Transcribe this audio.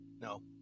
No